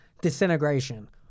disintegration